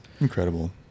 Incredible